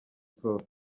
prof